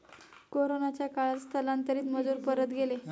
कोरोनाच्या काळात स्थलांतरित मजूर परत गेले